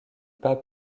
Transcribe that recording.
pas